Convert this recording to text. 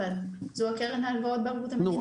זו הקרן להלוואות בערבות המדינה.